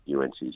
UNC's